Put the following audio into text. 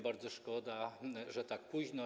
Bardzo szkoda, że tak późno.